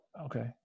Okay